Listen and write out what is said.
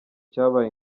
cyabaye